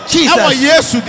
Jesus